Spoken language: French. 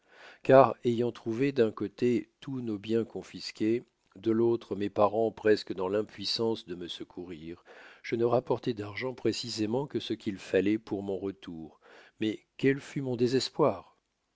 car ayant trouvé d'un côté tous nos biens confisqués de l'autre mes parents presque dans l'impuissance de me secourir je ne rapportai d'argent précisément que ce qu'il falloit pour mon retour mais quel fut mon désespoir